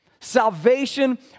Salvation